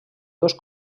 dos